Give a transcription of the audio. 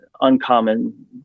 uncommon